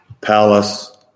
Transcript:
palace